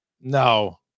No